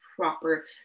proper